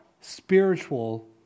spiritual